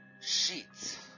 Sheets